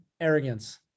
arrogance